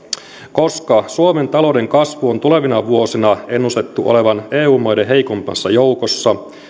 koska suomen talouden kasvun on tulevina vuosina ennustettu olevan eu maiden heikoimmassa joukossa